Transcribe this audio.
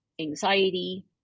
anxiety